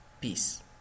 Peace